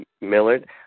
Millard